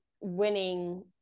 winning